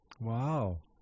Wow